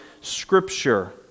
Scripture